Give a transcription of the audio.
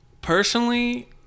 personally